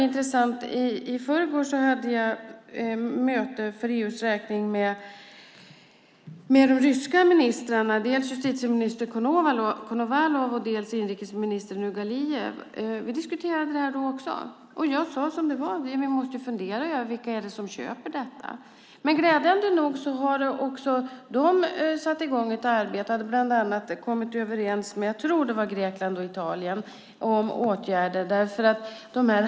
I förrgår hade jag ett möte för EU:s räkning med de ryska ministrarna, dels justitieminister Konovalov, dels inrikesminister Nurgaliev. Vi diskuterade frågan då också. Jag sade som det var, nämligen att vi måste fundera över vilka som köper sex. Glädjande nog har också de satt i gång ett arbete, bland annat har de kommit överens med - tror jag - Grekland och Italien om åtgärder.